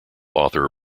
author